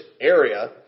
area